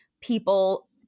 people